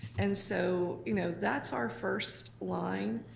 and so you know that's our first line,